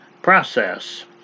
process